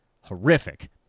horrific